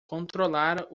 controlar